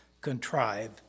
contrive